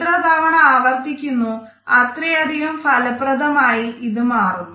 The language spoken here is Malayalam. എത്ര തവണ ആവർത്തിക്കുന്നുവോ അത്രയധികം ഫലപ്രദമായി ഇത് മാറുന്നു